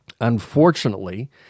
Unfortunately